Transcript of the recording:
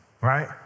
right